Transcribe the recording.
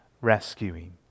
rescuing